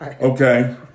Okay